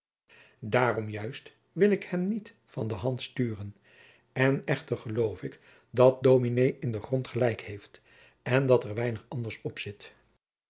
daarom juist wil ik hem niet van de hand sturen en echter geloof ik dat dominé in den grond gelijk heeft en dat er weinig anders opzit